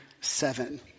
seven